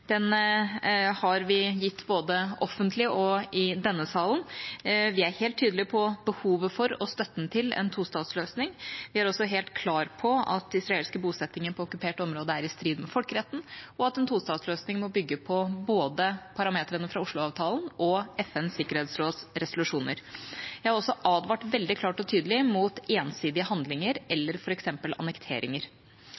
har vi gitt både offentlig og i denne salen. Vi er helt tydelige på behovet for og støtten til en tostatsløsning. Vi er også helt klare på at israelske bosetninger på okkupert område er i strid med folkeretten, og at en tostatsløsning må bygge på både parameterne fra Osloavtalen og FNs sikkerhetsråds resolusjoner. Jeg har også advart veldig klart og tydelig mot ensidige handlinger